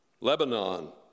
Lebanon